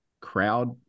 crowd